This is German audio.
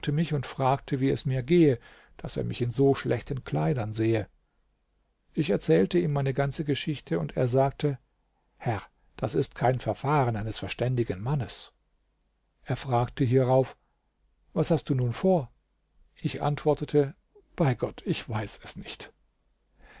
mich und fragte wie es mir gehe daß er mich in so schlechten kleidern sehe ich erzählte ihm meine ganze geschichte und er sagte herr daß ist kein verfahren eines verständigen mannes er fragte hierauf was hast du nun vor ich antwortete bei gott ich weiß es nicht